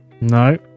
No